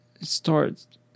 start